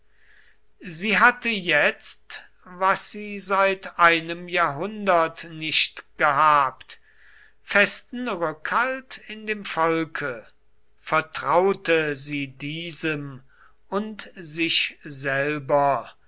sie hatte jetzt was sie seit einem jahrhundert nicht gehabt festen rückhalt in dem volke vertraute sie diesem und sich selber